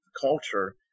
culture